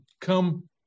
come